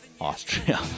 austria